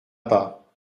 pas